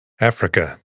Africa